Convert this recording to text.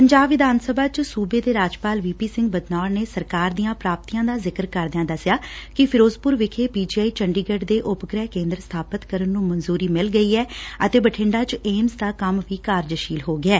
ਪੰਜਾਬ ਵਿਧਾਨ ਸਭਾ ਚ ਸੁਬੇ ਦੇ ਰਾਜਪਾਲ ਵੀ ਪੀ ਸਿੰਘ ਬਦਨੌਰ ਨੇ ਸਰਕਾਰ ਦੀਆਂ ਪ੍ਰਾਪਤੀਆਂ ਦਾ ਜ਼ਿਕਰ ਕਰਦਿਆਂ ਦਸਿਆ ਕਿ ਫਿਰੋਜ਼ਪੁਰ ਵਿਖੇ ਪੀ ਜੀ ਆਈ ਚੰਡੀਗੜ ਦੇ ਉਪਗੁਹਿ ਕੇ ਂਦਰ ਸਬਾਪਤ ਕਰਨ ਨੂੰ ਮਨਜੁਰੀ ਮਿਲ ਗਈ ਐ ਅਤੇ ਬਠਿੰਡਾ ਚ ਏਮਜ਼ ਦਾ ਕੰਮ ਵੀ ਕਾਰਜਸੀਲ ਹੋ ਗਿਐ